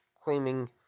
claiming